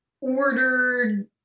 ordered